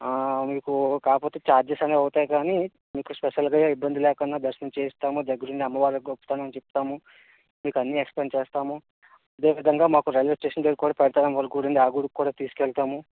మీకు కాకపోతే చార్జెస్ అనేవి అవుతాయి కానీ మీకు స్పెషల్ ఏ ఇబ్బంది లేకుండా దర్శనం చేయిస్తాము దగ్గర ఉండి అమ్మవారి గొప్పతనం చెప్తాము మీకు అన్నీ ఎక్స్ప్లేన్ చేస్తాము అదేవిధంగా మాకు రైల్వే స్టేషన్ దగ్గర కూడా పైడి తల్లమ్మ గుడి ఉంది ఆ గుడికి కూడా తీసుకెళతాము